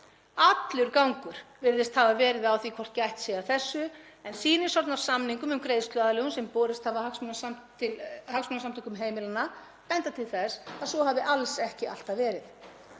Allur gangur virðist hafa verið á því hvort gætt sé að þessu en sýnishorn af samningum um greiðsluaðlögun sem borist hafa Hagsmunasamtökum heimilanna benda til þess að svo hafi alls ekki alltaf verið.